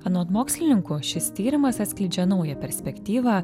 anot mokslininkų šis tyrimas atskleidžia naują perspektyvą